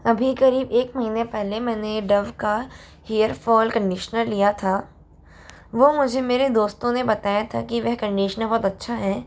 अभी करीब एक महीने पहले मैंने डव का हेयर फॉल कंडीशनर लिया था वह मुझे मेरे दोस्तों ने बताया था कि वह कंडीशनर बहुत अच्छा है